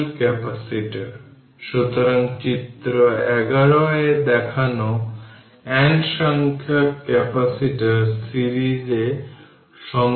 এই ক্ষেত্রে current source নেওয়া হয় শুধুমাত্র বিশ্লেষণের জন্য এবং CN ক্যাপাসিটর পর্যন্ত C1 C2 প্যারালাল হবে এবং ভোল্টেজ v হবে